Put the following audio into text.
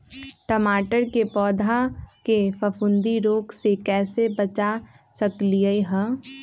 टमाटर के पौधा के फफूंदी रोग से कैसे बचा सकलियै ह?